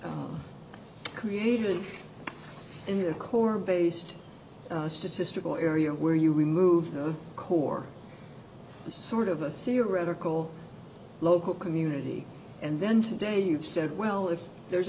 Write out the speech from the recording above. the core based statistical area where you remove the core sort of a theoretical local community and then today you've said well if there's